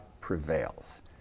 prevails